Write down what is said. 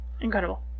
incredible